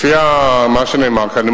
לפי מה שנאמר כאן,